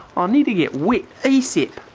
ah need to get wet asap.